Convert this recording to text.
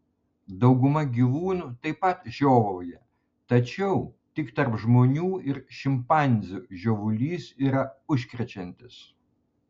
dauguma gyvūnų taip pat žiovauja tačiau tik tarp žmonių ir šimpanzių žiovulys yra užkrečiantis